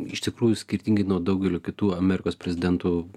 iš tikrųjų skirtingai nuo daugelio kitų amerikos prezidentų